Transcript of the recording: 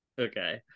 Okay